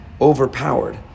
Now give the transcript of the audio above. overpowered